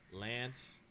Lance